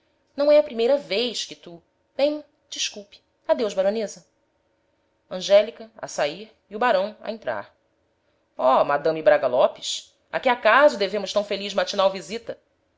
não é a primeira vez que tu bem desculpe adeus baronesa angélica a sair e o barão a entrar oh madame braga lopes a que acaso devemos tão feliz matinal visita